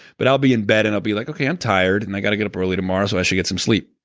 but i'll be in bed, and i'll be like, okay, i'm tired, and i got to get up early tomorrow, so i should get some sleep.